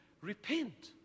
repent